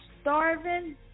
starving